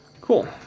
Cool